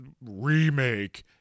remake